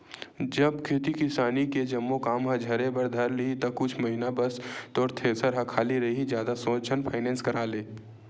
जब खेती किसानी के जम्मो काम ह झरे बर धर लिही ता कुछ महिना बस तोर थेरेसर ह खाली रइही जादा सोच झन फायनेंस करा ले